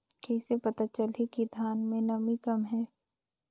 कइसे पता चलही कि धान मे नमी कम हे?